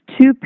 two